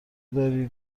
داری